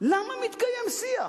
למה מתקיים שיח.